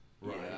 Right